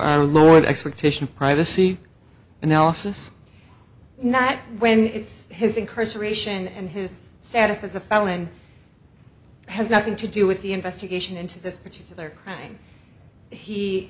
the expectation of privacy analysis not when it's his incarceration and his status as a felon has nothing to do with the investigation into this particular crime he